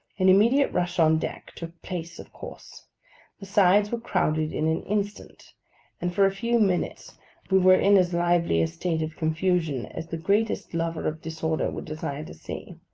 an immediate rush on deck took place of course the sides were crowded in an instant and for a few minutes we were in as lively a state of confusion as the greatest lover of disorder would desire to see.